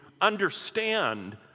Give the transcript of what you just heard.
understand